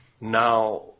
Now